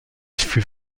fut